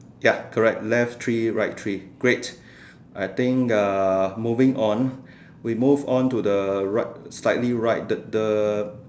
ya correct left three right three great I think uh moving on we move on the right slightly right the the